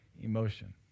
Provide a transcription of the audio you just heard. emotion